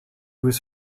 was